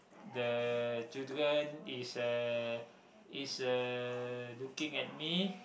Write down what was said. the children is uh is uh looking at me